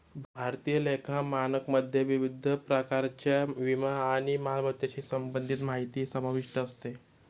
भारतीय लेखा मानकमध्ये विविध प्रकारच्या विमा आणि मालमत्तेशी संबंधित माहिती समाविष्ट असते